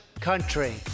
country